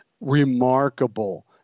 remarkable